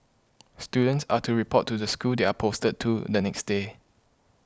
students are to report to the school they are posted to the next day